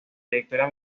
trayectoria